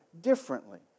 differently